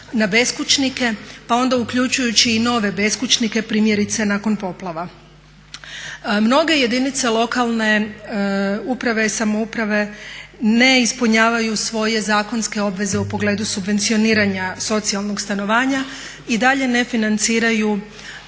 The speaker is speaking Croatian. na beskućnike pa onda uključujući i nove beskućnike primjerice nakon poplava. Mnoge jedinice lokalne uprave i samouprave ne ispunjavaju svoje zakonske obveze u pogledu subvencioniranja socijalnog stanovanja. I dalje ne financiraju